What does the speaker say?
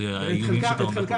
את חלקם